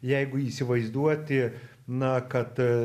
jeigu įsivaizduoti na kad